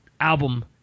album